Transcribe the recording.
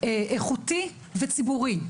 מחינוך איכותי וציבורי.